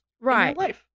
Right